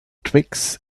twigs